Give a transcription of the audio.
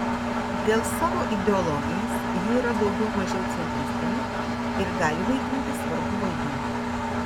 dėl savo ideologijos ji yra daugiau mažiau centristinė ir gali vaidinti svarbų vaidmenį